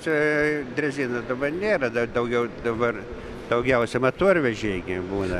čia drezina dabar nėra da daugiau dabar daugiausia matorvežiai gi būna